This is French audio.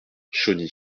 chauny